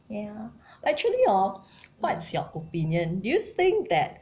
ya actually hor what's your opinion do you think that